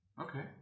Okay